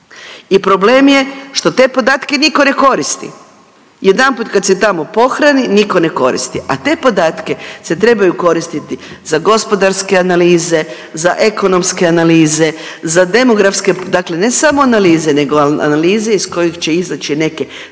i problem je što te podatke niko ne koristi, jedanput kad se tamo pohrani niko ne koristi, a te podatke se trebaju koristiti za gospodarske analize, za ekonomske analize, za demografske, dakle ne samo analize nego analize iz kojih će izaći neke